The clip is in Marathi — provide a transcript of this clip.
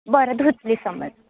बरं धुतली समज